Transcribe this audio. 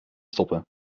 stoppen